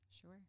Sure